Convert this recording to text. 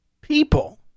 people